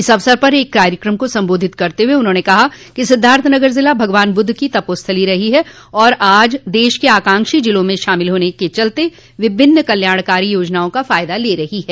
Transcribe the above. इस अवसर पर एक कार्यक्रम को संबोधित करते हुए सांसद जगदम्बिका पाल ने कहा कि सिद्वार्थनगर जिला भगवान बुद्ध की तपोंस्थली रही है और यह आज देश के आकांक्षी जिलों में शामिल होने के चलते विभिन्न कल्याणकारो योजनाओं का फायदा ले रहा है